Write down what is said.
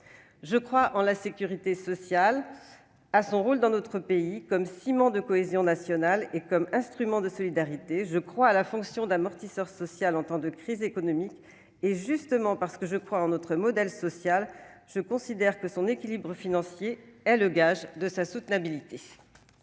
Je crois en la sécurité sociale, à son rôle dans notre pays : elle est le ciment de la cohésion nationale et un instrument de solidarité. Je crois aussi à sa fonction d'amortisseur social en temps de crise économique. C'est justement parce que je crois en notre modèle social que je considère que son équilibre financier est le gage de sa soutenabilité.